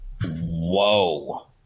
Whoa